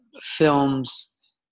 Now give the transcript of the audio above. films